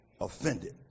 offended